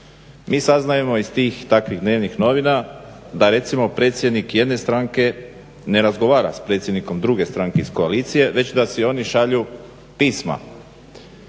Mi saznajemo iz tih takvih dnevnih novina da recimo predsjednik jedne stranke ne razgovara sa predsjednikom druge stranke iz koalicije već da si oni šalju pisma.